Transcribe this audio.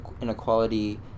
inequality